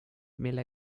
mille